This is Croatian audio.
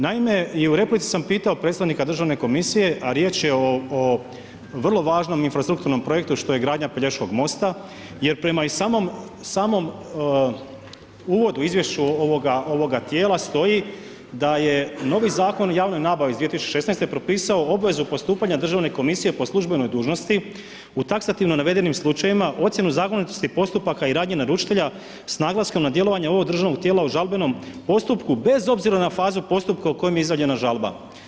Naime, i u replici sam pitao predstavnika Državne komisije, a riječ je o vrlo važnom infrastrukturnom projektu što je gradnja Pelješkog mosta jer prema i samom uvodu, izvješću ovoga tijela stoji da je novi Zakon o javnoj nabavi iz 2016. propisao obvezu postupanja Državne komisije po službenoj dužnosti u taksativno navedenim slučajevima, ocjenu zakonitosti postupaka i radnje naručitelja s naglaskom na djelovanje ovog državnog tijela u žalbenom postupku bez obzira na fazu postupka u kojem je izjavljena žalba.